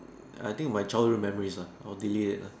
err I think my childhood memories lah I would delete it lah